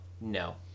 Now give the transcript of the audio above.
No